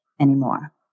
anymore